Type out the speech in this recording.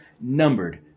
numbered